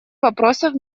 вопросов